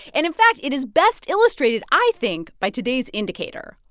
and, in fact, it is best illustrated, i think, by today's indicator,